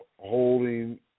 holding